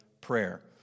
prayer